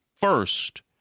first